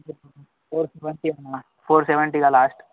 four అన్న four seventy అన్న four seventy ఇక లాస్ట్